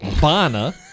Bana